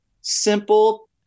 simple